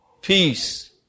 peace